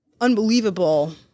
unbelievable